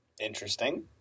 Interesting